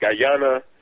Guyana